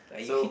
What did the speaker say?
so